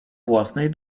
własnej